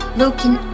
looking